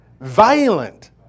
Violent